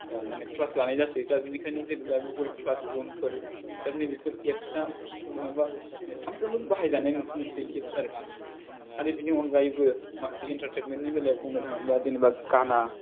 माने क्लास लानाय जासै दा बेनिखायनो जेन'बा गुगल क्लास रुम फोर दा नैबेफोर एब्ससा बुंनोथाङोब्ला सानफ्रोमबो बाहायजानाय मोनसे मोनसे एफ्स आरखि आरो बेनि अनगायैबो माखासे इन्टारटेनमेन्टनि बेलायाव बुंनो थाङोब्ला जेन'बा गाना